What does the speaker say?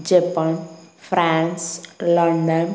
Japan France London